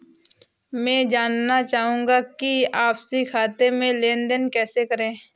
मैं जानना चाहूँगा कि आपसी खाते में लेनदेन कैसे करें?